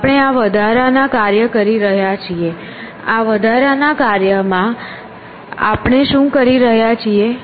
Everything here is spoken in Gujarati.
આપણે આ વધારાના કાર્ય કરી રહ્યા છીએ આ વધારાના કાર્ય માં આપણે શું કરી રહ્યા છીએ